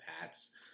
Pats